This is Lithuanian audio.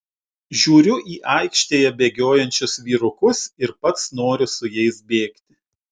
žiūriu į aikštėje bėgiojančius vyrukus ir pats noriu su jais bėgti